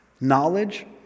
Knowledge